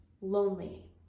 lonely